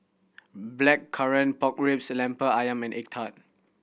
Blackcurrant Pork Ribs Lemper Ayam and egg tart